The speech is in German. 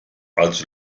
als